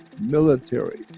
military